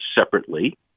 separately